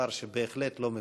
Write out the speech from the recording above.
דבר שבהחלט לא מקובל.